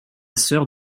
sœur